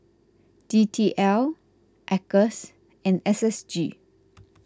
D T L Acres and S S G